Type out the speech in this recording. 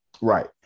Right